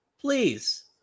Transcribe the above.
please